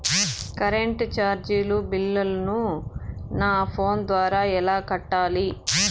Current చార్జీల బిల్లును, నా ఫోను ద్వారా ఎలా కట్టాలి?